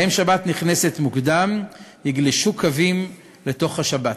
שבה שבת נכנסת מוקדם, יגלשו קווים לתוך השבת.